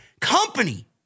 Company